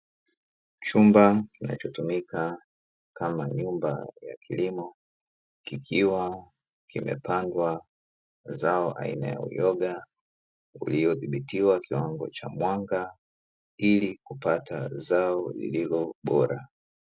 Chumba kinachotumika kama nyumba ya kilimo, kikiwa kimepandwa zao aina ya uyoga uliodhibitiwa kiwango cha mwanga, ili kupata zao lililo bora.